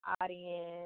audience